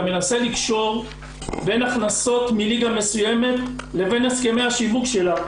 אתה מנסה לקשור בין הכנסות מליגה מסוימת לבין הסכמי השיווק שלה,